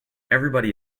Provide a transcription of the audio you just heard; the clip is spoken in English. everybody